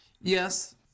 yes